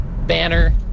banner